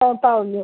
ആ പറഞ്ഞോ